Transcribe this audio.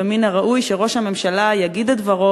ומן הראוי שראש הממשלה יגיד את דברו,